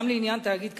גם לעניין תאגיד כזה,